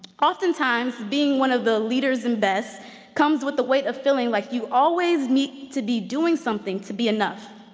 often times, being one of the leaders in best comes with the weight of feeling like you always need to be doing something to be enough.